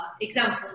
examples